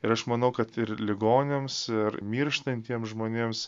ir aš manau kad ir ligoniams ir mirštantiems žmonėms